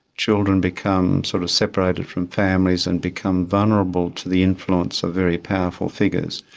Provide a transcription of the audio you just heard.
children become sort of separated from families and become vulnerable to the influence of very powerful figures.